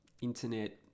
internet